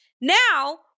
Now